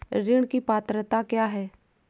ऋण की पात्रता क्या है?